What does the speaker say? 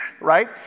right